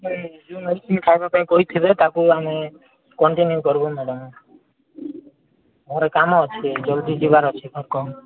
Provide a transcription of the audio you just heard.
ଯେଉଁ ମେଡ଼ିସିନ ଖାଇବା ପାଇଁ କହିଥିବେ ତା'କୁ ଆମେ କଣ୍ଟିନିୟୁ କରିବୁ ମ୍ୟାଡ଼ାମ୍ ଘରେ କାମ ଅଛି ଜଲଦି ଯିବାର ଅଛି ଘରକୁ